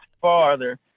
farther